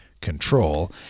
control